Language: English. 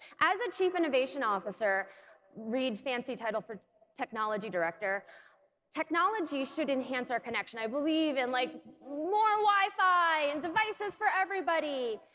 as a chief innovation officer read fancy title for technology director technology should enhance our connection i believe in like more wi-fi and devices for everybody,